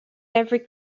every